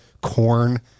Corn